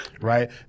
Right